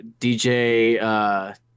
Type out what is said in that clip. DJ